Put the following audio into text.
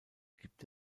gibt